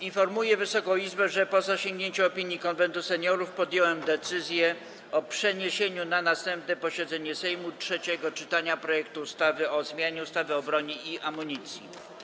Informuję Wysoką Izbę, że po zasięgnięciu opinii Konwentu Seniorów podjąłem decyzję o przeniesieniu na następne posiedzenie Sejmu trzeciego czytania projektu ustawy o zmianie ustawy o broni i amunicji.